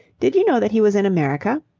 did you know that he was in america?